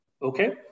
Okay